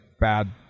Bad